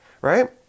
right